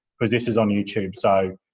because this is on youtube. so,